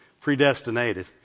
Predestinated